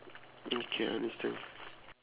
okay understand